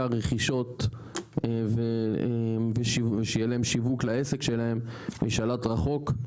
רכישות ושיהיה להם שיווק לעסק שלהם משלט רחוק.